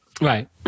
right